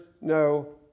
no